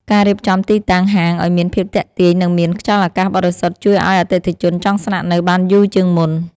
ការរៀបចំទីតាំងហាងឱ្យមានភាពទាក់ទាញ និងមានខ្យល់អាកាសបរិសុទ្ធជួយឱ្យអតិថិជនចង់ស្នាក់នៅបានយូរជាងមុន។